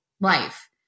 life